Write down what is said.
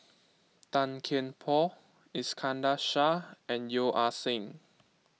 Tan Kian Por Iskandar Shah and Yeo Ah Seng